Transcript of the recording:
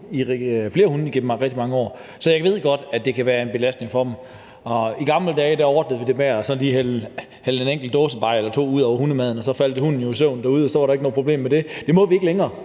flere hunde, igennem rigtig mange år, så jeg ved godt, at det kan være en belastning for dem. I gamle dage ordnede vi det ved at hælde en enkelt dåsebajer eller to ud over hundemaden, og så faldt hunden jo i søvn derude, og så var der ikke noget problem med det. Det må vi ikke længere;